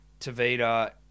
Tavita